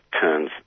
turns